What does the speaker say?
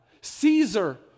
Caesar